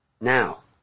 Now